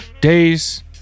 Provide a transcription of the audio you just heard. days